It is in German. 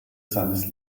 seines